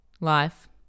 Life